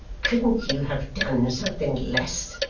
couldn't you have done something less?